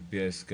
על פי ההסכמים,